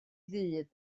ddydd